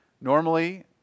Normally